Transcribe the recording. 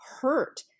hurt